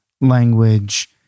language